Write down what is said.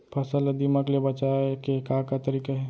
फसल ला दीमक ले बचाये के का का तरीका हे?